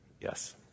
Yes